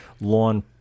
lawn